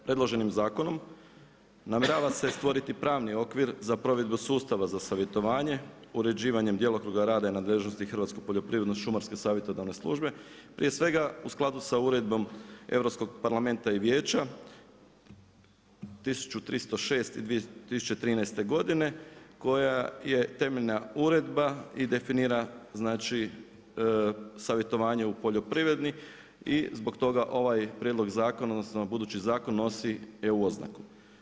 Predloženim zakonom namjerava se stvoriti pravni okvir za provedbu sustava za savjetovanje, uređivanjem djelokruga rada i nadležnosti Hrvatske poljoprivredno-šumarske savjetodavne službe, prije svega u skladu sa uredbom Europskog parlamenta i Vijeća, 1306 u 2013. godine koja je temeljna uredba i definira savjetovanje u poljoprivredi i zbog toga ovaj prijedlog zakona, odnosno, budući zakon nosi EU oznaku.